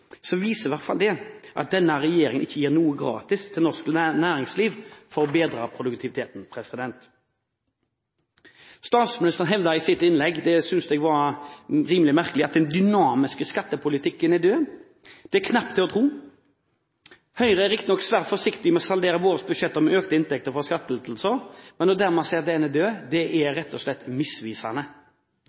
så taper hele samfunnet. Når vi da i tillegg har den særnorske formuesskatten, som må betales uavhengig av om bedriften går bra eller dårlig, viser i hvert fall det at denne regjeringen ikke gir noe gratis til norsk næringsliv for å bedre produktiviteten. Statsministeren hevdet i sitt innlegg – og det synes jeg var rimelig merkelig – at den dynamiske skattepolitikken er død. Det er knapt til å tro. Vi i Høyre er riktig nok svært forsiktige med å saldere